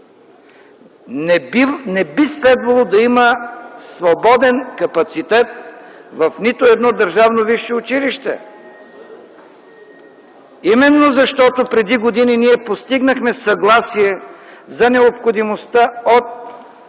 не би следвало да има свободен капацитет в нито едно държавно висше училище, именно защото преди години ние постигнахме съгласие за необходимостта от